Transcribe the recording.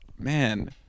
Man